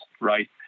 right